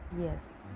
yes